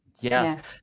Yes